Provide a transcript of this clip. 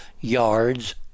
yards